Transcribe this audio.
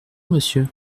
monsieur